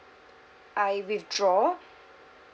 I withdraw